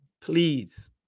Please